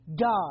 God